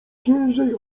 ciężej